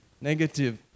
negative